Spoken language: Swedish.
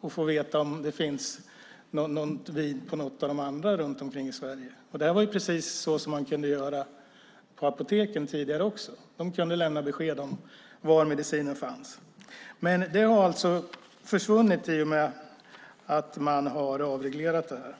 och få veta om ett vin finns på något av de andra runt om i Sverige. Precis det kunde man göra på apoteken tidigare. De kunde lämna besked om var medicinen fanns. Det har alltså försvunnit i och med avregleringen.